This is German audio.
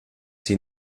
sie